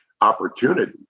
opportunity